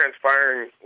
transpiring